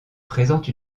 présente